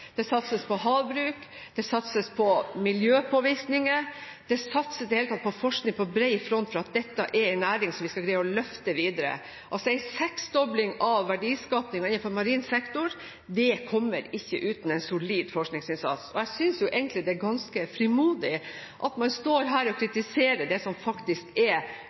det satses på havbruk, og det satses på miljøpåvirkninger. Det satses i det hele tatt på forskning på bred front for at dette er en næring som vi skal greie å løfte videre. Altså: En seksdobling av verdiskaping innenfor marin sektor kommer ikke uten en solid forskningsinnsats. Jeg synes egentlig det er ganske frimodig at man står her og kritiserer det som faktisk er